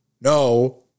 No